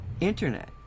internet